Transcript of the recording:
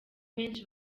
benshi